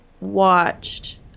watched